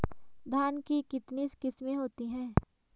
धान की कितनी किस्में होती हैं?